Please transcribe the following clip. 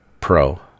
pro